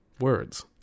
Words